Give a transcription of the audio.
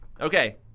okay